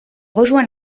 rejoint